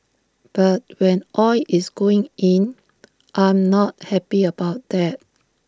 but when oil is going in I'm not happy about that